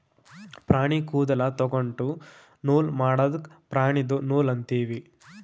ಪ್ರಾಣಿ ಕೂದಲ ತೊಗೊಂಡು ನೂಲ್ ಮಾಡದ್ಕ್ ಪ್ರಾಣಿದು ನೂಲ್ ಅಂತೀವಿ